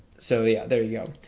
so yeah, there you go.